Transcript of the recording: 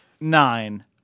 nine